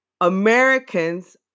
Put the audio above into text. Americans